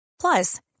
Plus